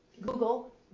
Google